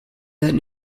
that